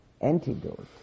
antidote